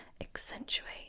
accentuate